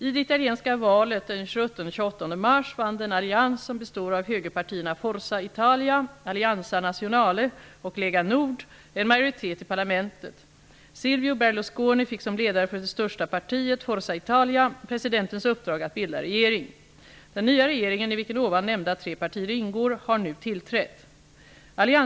I det italienska valet den 27 och 28 Forza Italia, Alleanza Nazionale och Lega Nord en majoritet i parlamentet. Silvio Berlusconi fick som ledare för det största partiet, Forza Italia, presidentens uppdrag att bilda regering. Den nya regeringen, i vilken ovan nämnda tre partier ingår, har nu tillträtt.